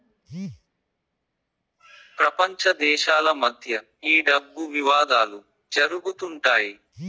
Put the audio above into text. ప్రపంచ దేశాల మధ్య ఈ డబ్బు వివాదాలు జరుగుతుంటాయి